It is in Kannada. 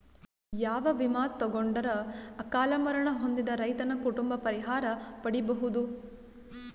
ಯಾವ ವಿಮಾ ತೊಗೊಂಡರ ಅಕಾಲ ಮರಣ ಹೊಂದಿದ ರೈತನ ಕುಟುಂಬ ಪರಿಹಾರ ಪಡಿಬಹುದು?